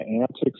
antics